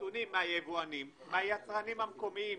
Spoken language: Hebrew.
נתונים מהיבואנים, מהיצרנים המקומיים